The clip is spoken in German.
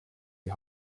die